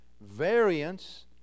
variance